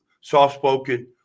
Soft-spoken